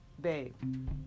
babe